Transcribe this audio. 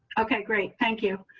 okay, great. thank you.